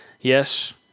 yes